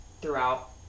throughout